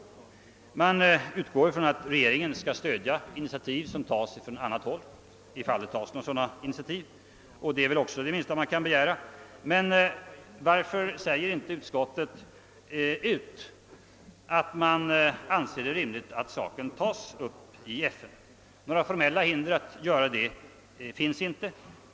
Utskottet utgår från att regeringen skall stödja initiativ som tas från andra håll, ifall det tas sådana initiativ, och det är väl också det minsta man kan begära. Men varför säger inte utskottet ut att det får anses rimligt att saken tas upp i FN? Några formella hinder att göra det finns inte.